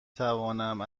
توانم